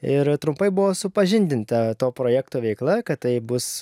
ir trumpai buvo supažindinta to projekto veikla kad tai bus